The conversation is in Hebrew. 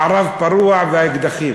מערב פרוע ואקדחים.